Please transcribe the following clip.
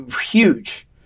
huge